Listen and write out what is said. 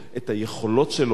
את היכולות שלו,